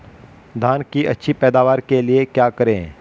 धान की अच्छी पैदावार के लिए क्या करें?